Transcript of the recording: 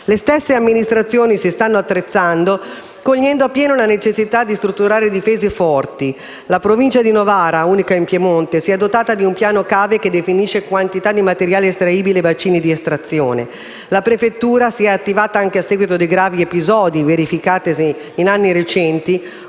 Le stesse amministrazioni si stanno attrezzando, cogliendo appieno la necessità di strutturare difese forti. La Provincia di Novara, unica in Piemonte, si è dotata di un piano cave che definisce quantità di materiale estraibile e bacini di estrazione; la prefettura si è attivata, anche a seguito dei gravi episodi verificatesi in anni recenti,